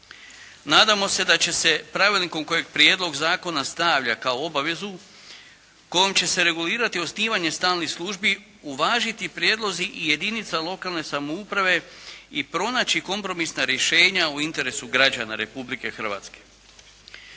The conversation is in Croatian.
Nadamo se da će pravilnikom kojeg prijedlog zakona stavlja kao obavezu kojom će se regulirati osnivanje stalnih službi uvažiti prijedlozi i jedinica lokalne samouprave i pronaći kompromisna rješenja u interesu građana Republike Hrvatske.